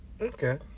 Okay